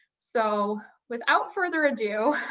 so without further ado,